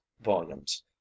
volumes